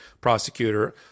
prosecutor